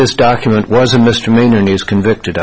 this document was a misdemeanor news convicted